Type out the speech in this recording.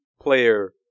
player